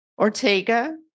Ortega